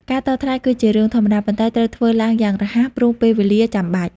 ការតថ្លៃគឺជារឿងធម្មតា ប៉ុន្តែត្រូវធ្វើឡើងយ៉ាងរហ័ស ព្រោះពេលវេលាចាំបាច់។